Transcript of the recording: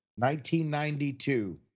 1992